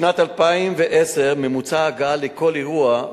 בשנת 2010 ממוצע ההגעה לכל אירוע,